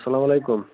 اسلامُ علیکُم